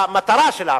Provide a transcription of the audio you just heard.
המטרה של ההפקעה.